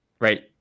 right